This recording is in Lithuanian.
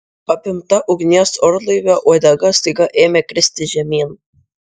apimta ugnies orlaivio uodega staiga ėmė kristi žemyn